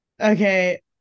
Okay